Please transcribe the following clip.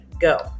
Go